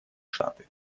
штаты